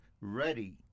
ready